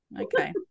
Okay